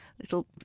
little